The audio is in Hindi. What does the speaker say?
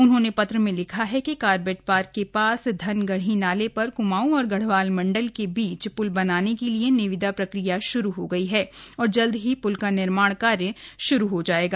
उन्होंने पत्र में लिखा है कि कार्बेट पार्क के पास धनगढ़ी नाले पर क्माऊं और गढ़वाल मंडल के बीच प्ल बनाने के लिये निविदा प्रक्रिया शुरू हो गयी है और जल्द ही पुल का निर्माण कार्य श्रू हो जायेगा